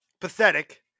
Pathetic